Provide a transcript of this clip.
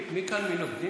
מי כאן מנוקדים?